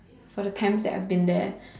for the times that I've been there